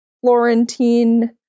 Florentine